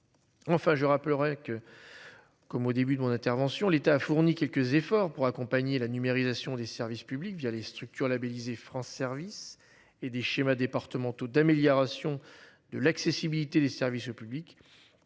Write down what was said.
Enfin je rappellerai que. Comme au début de mon intervention, l'État a fourni quelques efforts pour accompagner la numérisation des services publics via les structures labellisée France services et des schémas départementaux d'amélioration de l'accessibilité des services publics.